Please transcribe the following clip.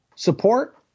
Support